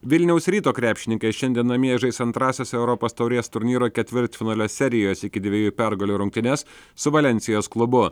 vilniaus ryto krepšininkai šiandien namie žais antrąsias europos taurės turnyro ketvirtfinalio serijos iki dviejų pergalių rungtynes su valensijos klubu